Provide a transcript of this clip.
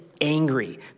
angry